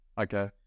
Okay